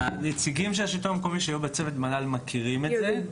נציגים של השלטון המקומי שהיו בצוות מל"ל מכירים את זה,